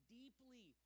deeply